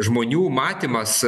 žmonių matymas